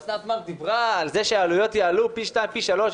אוסנת מארק דיברה על כך שהעלויות יעלו פי שניים או פי שלושה,